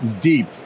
deep